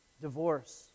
divorce